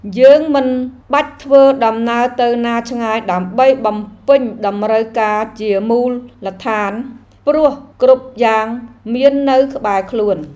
យើងមិនបាច់ធ្វើដំណើរទៅណាឆ្ងាយដើម្បីបំពេញតម្រូវការជាមូលដ្ឋាន ព្រោះគ្រប់យ៉ាងមាននៅក្បែរខ្លួន។